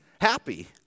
happy